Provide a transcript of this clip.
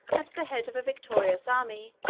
at the head of a victorious army,